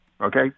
okay